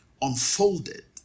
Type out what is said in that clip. unfolded